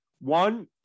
One